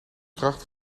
kracht